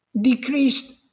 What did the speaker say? decreased